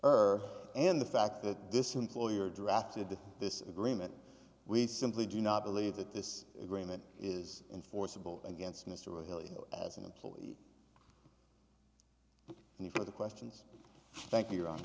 her and the fact that this employer drafted this agreement we simply do not believe that this agreement is enforceable against mr kelley as an employee and one of the questions thank you